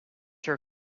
her